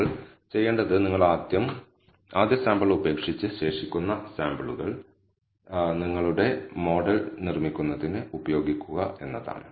നമ്മൾ ചെയ്യേണ്ടത് നിങ്ങൾ ആദ്യം ആദ്യ സാമ്പിൾ ഉപേക്ഷിച്ച് ശേഷിക്കുന്ന സാമ്പിളുകൾ നിങ്ങളുടെ മോഡൽ നിർമ്മിക്കുന്നതിന് ഉപയോഗിക്കുക എന്നതാണ്